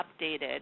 updated